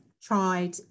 tried